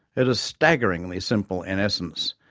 it is staggeringly simple in essence,